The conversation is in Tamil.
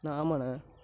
அண்ணே ஆமாண்ணே